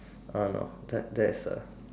ah no that's a